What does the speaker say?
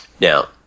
Now